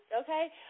Okay